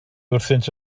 wrthynt